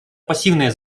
пассивное